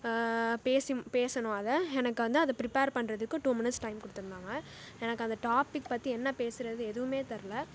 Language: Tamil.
பேசி பேசணும் அதை எனக்கு வந்து அதை ப்ரிப்பர் பண்ணுறதுக்கு டூ மினிட்ஸ் டைம் கொடுத்துருந்தாங்க எனக்கு அந்த டாபிக் பற்றி என்ன பேசுகிறது எதுவும் தெரல